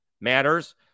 matters